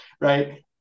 right